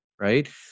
right